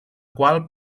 qual